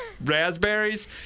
raspberries